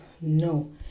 No